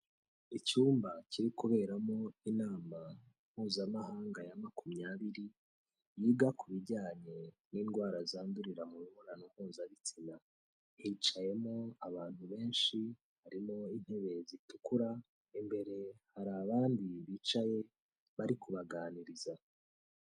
Icyumba kiri kuberamo inama mpuzamahanga ya makumyabiri, yiga ku bijyanye n'indwara zandurira mu mibonano mpuzabitsina. Hicayemo abantu benshi harimo intebe zitukura, imbere hari abandi bicaye bari kubaganiriza.